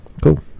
Cool